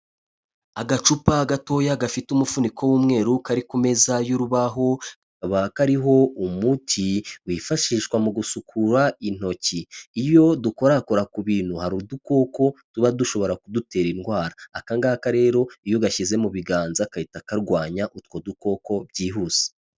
Agacupa gatoya gafite umufuniko w'umweru kari ku meza y'urubaho, kakaba kariho umuti wifashishwa mu gusukura intoki, iyo dukorakora ku bintu hari udukoko tuba dushobora kudutera indwara, aka ngaka rero iyo ugashyize mu biganza gahita karwanya utwo dukoko byihuse.